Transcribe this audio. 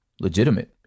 legitimate